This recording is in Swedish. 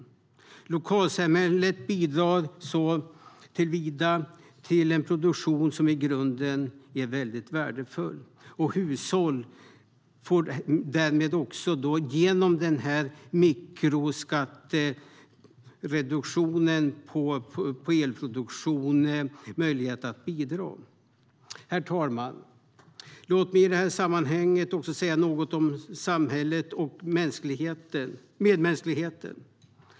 Lokalsamhället bidrar såtillvida till en produktion som i grunden är värdefull. Hushåll får därmed också genom den mikroskattereduktionen på elproduktion möjlighet att bidra. Herr talman! Låt mig i det här sammanhanget också säga något om samhället och medmänsklighet.